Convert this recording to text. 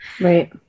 Right